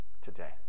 today